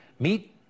Meet